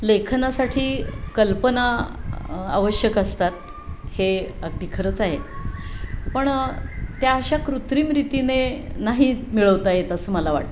लेखनासाठी कल्पना आवश्यक असतात हे अगदी खरंच आहे पण त्या अशा कृत्रिमरितिने नाही मिळवता येत असं मला वाटतं